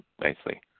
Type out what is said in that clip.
nicely